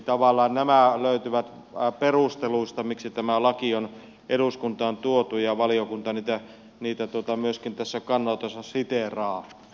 tavallaan nämä löytyvät perusteluista miksi tämä laki on eduskuntaan tuotu ja valiokunta niitä myöskin tässä kannanotossa siteeraa